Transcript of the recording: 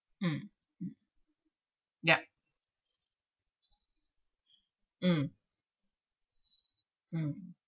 mm mm yup mm mm